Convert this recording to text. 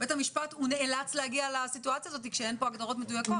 בית המשפט נאלץ להגיע לסיטואציה הזאת כשאין הגדרות מדויקות.